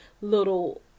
little